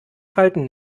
falten